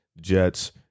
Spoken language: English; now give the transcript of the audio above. Jets